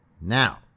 Now